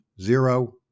zero